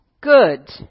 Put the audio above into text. good